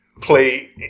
play